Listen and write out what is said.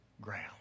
ground